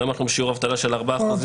היום אנחנו בשיעור אבטלה של 4%. לא,